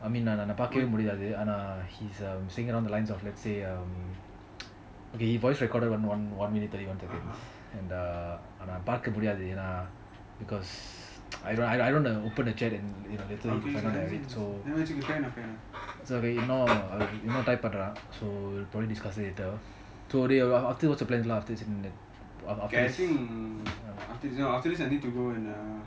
I mean நான் அத பாகவேய முடில அது ஆனா:naan atha paakavey mudila athu aana uh he is saying along the lines of let's say um he voice recorded one minute thirty one seconds and uh அனா பாக்க முடியாது என்ன:ana paaka mudiyathu enna because I I I don't want to open the chat and later on he find out that I did இன்னும் இன்னும்:inum inum type பண்றன்:panran so don't discuss it later